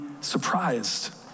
surprised